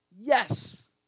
Yes